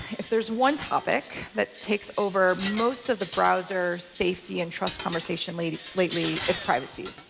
if there's one topic that takes over most of the browser safety and trust conversationally lately, it's privacy,